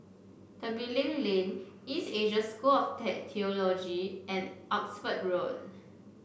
Tembeling Lane East Asia School of Theology and Oxford Road